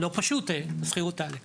לא פשוט, השכירות תעלה.